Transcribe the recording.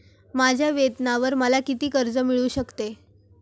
माझ्या वेतनावर मला किती कर्ज मिळू शकते?